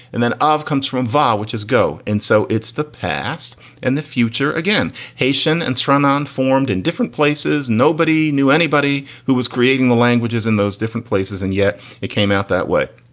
and then of comes from vare, which is go. and so it's the past and the future. again, haitian and stranahan formed in different places. nobody knew anybody who was creating the languages in those different places. and yet it came out that way.